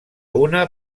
una